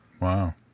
Wow